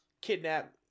kidnap